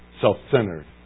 self-centered